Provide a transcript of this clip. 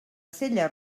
cella